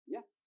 Yes